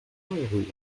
rue